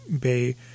bay